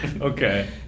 Okay